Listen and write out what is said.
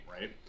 right